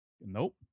Nope